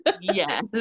Yes